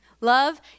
Love